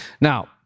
Now